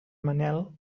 manel